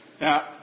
Now